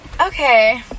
Okay